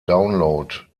download